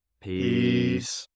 Peace